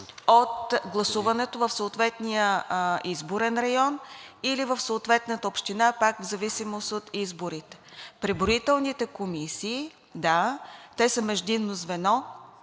от гласуването в съответния изборен район или в съответната община, пак в зависимост от изборите. Преброителните комисии, да, те са междинно звено